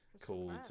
Called